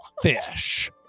Fish